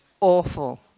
awful